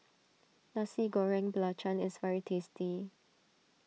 Nasi Goreng Belacan is very tasty